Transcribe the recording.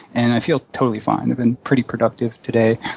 and i feel totally fine. i've been pretty productive today,